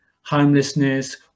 homelessness